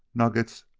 nuggets,